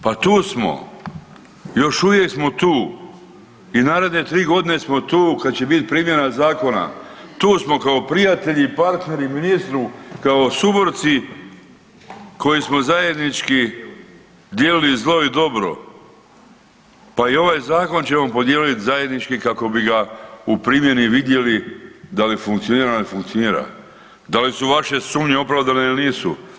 Pa tu smo, još uvijek smo tu i naredne tri godine su tu kad će bit primjena zakona, tu smo kao prijatelji, partneri ministru, kao suborci koji smo zajednički dijelili zlo i dobro, pa i ovaj zakon ćemo podijeliti zajednički kako bi ga u primjeni vidjeli da li funkcionira ili ne funkcionira, da li su vaše sumnje opravdane ili nisu.